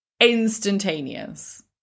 instantaneous